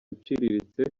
uciriritse